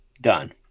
done